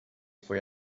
foi